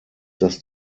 dass